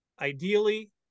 ideally